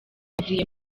yavuye